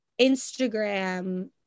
Instagram